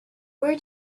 where